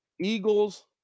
eagles